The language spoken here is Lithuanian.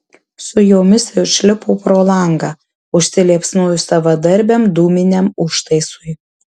su jomis išlipo pro langą užsiliepsnojus savadarbiam dūminiam užtaisui